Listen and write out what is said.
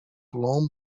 long